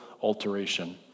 alteration